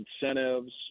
incentives